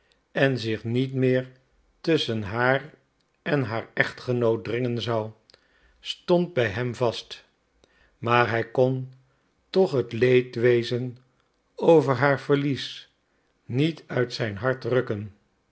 en zich niet meer tusschen haar en haar echtgenoot dringen zou stond bij hem vast maar hij kon toch het leedwezen over haar verlies niet uit zijn hart rukken